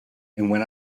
when